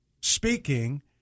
speaking